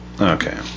okay